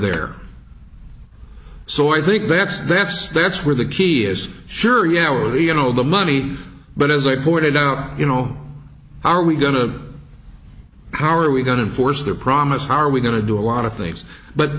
there so i think that's that's that's where the key is sure yeah or you know the money but as i pointed out you know how are we going to how are we going to force their promise how are we going to do a lot of things but